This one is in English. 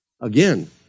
Again